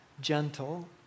gentle